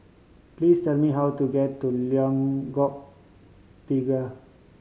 please tell me how to get to Lengkok Tiga